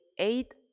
eight